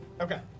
Okay